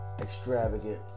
extravagant